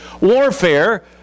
Warfare